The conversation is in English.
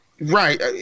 right